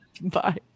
Bye